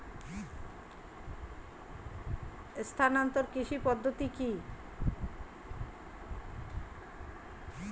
স্থানান্তর কৃষি পদ্ধতি কি?